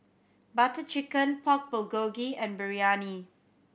Butter Chicken Pork Bulgogi and Biryani